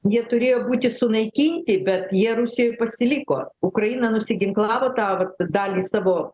jie turėjo būti sunaikinti bet jie rusijoj pasiliko ukraina nusiginklavo tą va dalį savo